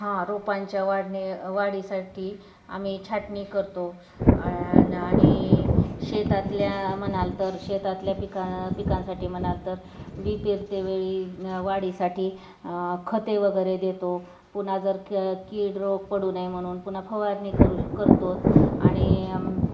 हा रोपांच्या वाढने वाढीसाठी आम्ही छाटणी करतो अ आणि शेतातल्या म्हणाल तर शेतातल्या पिका पिकांसाठी म्हणाल तर बी पेरतेवेेळी वाढीसाठी खते वगैरे देतो पुन्हा जर क कीड रोग पडू नये म्हणून पुन्हा फवारणी करू श करतोत आणि